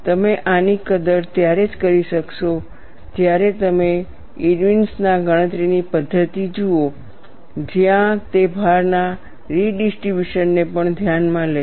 તમે આની કદર ત્યારે જ કરી શકશો જ્યારે તમે ઇરવિન્સ Irwin'sના ગણતરીની પદ્ધતિ જુઓ જ્યાં તે ભારના રીડિસ્ટ્રિબ્યુશન ને પણ ધ્યાનમાં લે છે